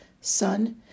Son